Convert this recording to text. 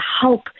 help